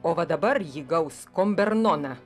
o va dabar ji gaus kombernoną